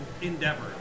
endeavor